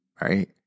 right